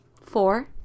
Four